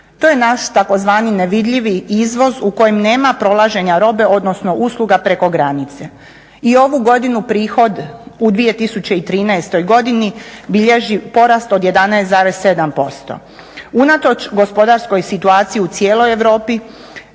To je naš tzv. nevidljivi izvoz u kojem nema prolaženja robe odnosno usluga preko granice i ovu godinu prihod u 2013. godini bilježi porast od 11,7%. Unatoč gospodarskoj situaciji u cijeloj Europi,